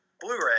Blu-ray